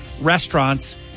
restaurants